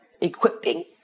equipping